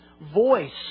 voice